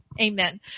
amen